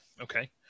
okay